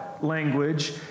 language